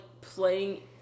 playing